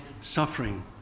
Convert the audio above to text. suffering